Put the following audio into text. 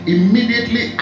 Immediately